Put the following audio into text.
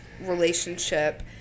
relationship